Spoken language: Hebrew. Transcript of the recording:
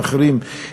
ואחרים,